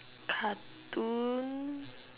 cartoon